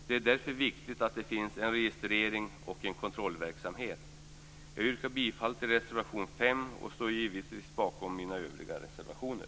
Det är därför viktigt att det finns en registrering och en kontrollverksamhet. Jag yrkar bifall till reservation 5 och står givetvis bakom mina övriga reservationer.